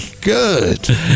good